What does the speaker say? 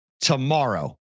tomorrow